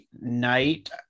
night